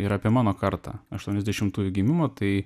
ir apie mano kartą aštuoniasdešimtųjų gimimo tai